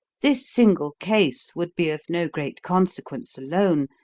this single case would be of no great consequence alone,